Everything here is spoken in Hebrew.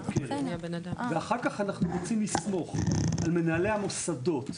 ואחר כך אנחנו רוצים לסמוך על מנהלי המוסדות.